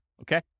Okay